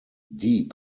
die